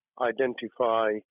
identify